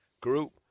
group